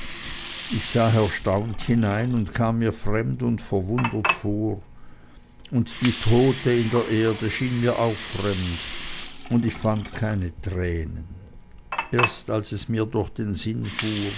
ich sah erstaunt hinein und kam mir fremd und verwundert vor und die tote in der erde erschien mir auch fremd und ich fand keine tränen erst als es mir durch den sinn